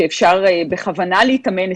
מותר לצאת לטבע,